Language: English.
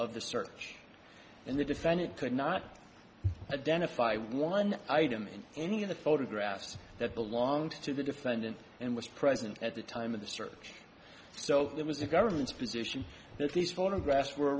of the search and the defendant could not identify one item in any of the photographs that belonged to the defendant and was present at the time of the search so it was the government's position that these photographs were